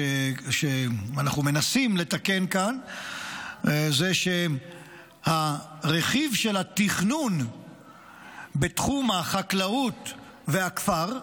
שאנחנו מנסים לתקן כאן היא שהרכיב של התכנון בתחום החקלאות והכפר הוצא,